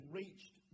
reached